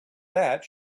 that